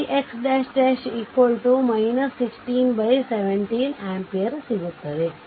ಇದನ್ನು ಪರಿಹರಿಸಿದರೆ ix " 16 17 ampereಸಿಗುತ್ತದೆ